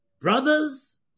brothers